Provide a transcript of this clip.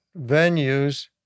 venues